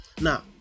Now